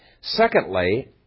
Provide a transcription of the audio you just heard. Secondly